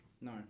No